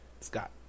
Scott